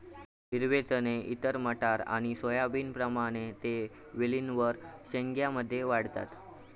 हिरवे चणे इतर मटार आणि सोयाबीनप्रमाणे ते वेलींवर शेंग्या मध्ये वाढतत